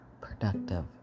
productive